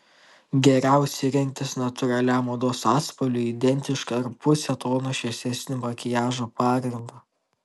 geriausia rinktis natūraliam odos atspalviui identišką ar puse tono šviesesnį makiažo pagrindą